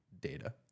data